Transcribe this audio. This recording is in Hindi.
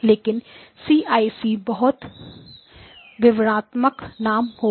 लेकिन सीआईसी बहुत विवरणात्मक नाम होगा